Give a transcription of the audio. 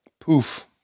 Poof